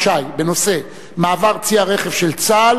לצערי,